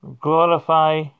glorify